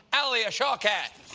alia shawkat.